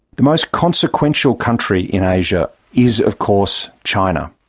the most consequential country in asia is, of course, china.